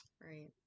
Right